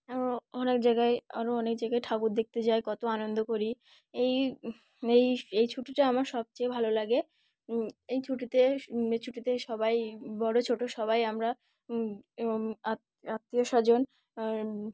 অনেক জায়গায় আরও অনেক জায়গায় ঠাকুর দেখতে যাই কত আনন্দ করি এই এই এই ছুটিটা আমার সবচেয়ে ভালো লাগে এই ছুটিতে ছুটিতে সবাই বড়ো ছোটো সবাই আমরা আত আত্মীয় স্বজন